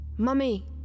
Mummy